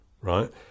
right